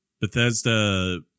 Bethesda